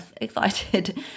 excited